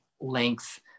length